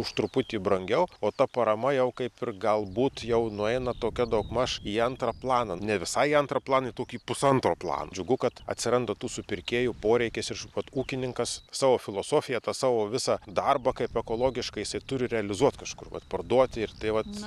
už truputį brangiau o ta parama jau kaip ir galbūt jau nueina tokia daugmaž į antrą planą ne visai antrą planą į tokį pusantro plano džiugu kad atsiranda tų supirkėjų poreikis iš vat ūkininkas savo filosofija tą savo visą darbą kaip ekologišką jisai turi realizuot kažkur vat parduoti ir tai vat